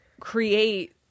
create